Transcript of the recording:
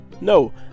No